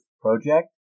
Project